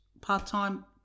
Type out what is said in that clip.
part-time